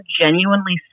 genuinely